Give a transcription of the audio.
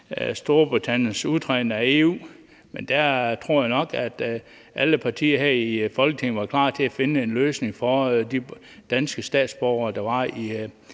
Storbritanniens udtræden af EU, men der tror jeg nok, at alle partier her i Folketinget var klar til at finde en løsning for de danske statsborgere, der var i